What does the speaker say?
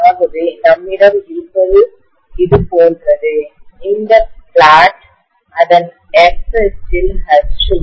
ஆகவே நம்மிடம் இருப்பது இது போன்றது இந்த பிளாட் அதன் x அச்சில் H உம்